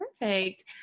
Perfect